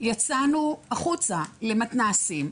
יצאנו החוצה למתנ"סים,